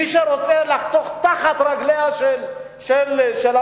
מי שרוצה לחתור תחת רגליה של הציונות,